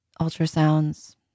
ultrasounds